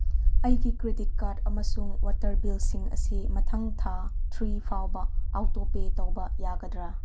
ꯑꯩꯒꯤ credit card ꯑꯃꯁꯨꯡ water ꯕꯤꯜꯁꯤꯡ ꯑꯁꯤ ꯃꯊꯪ ꯊꯥ ꯊ꯭ꯔꯤ ꯐꯥꯎꯕ ꯑꯣꯇꯣ ꯄꯦ ꯇꯧꯕ ꯌꯥꯒꯗ꯭ꯔꯥ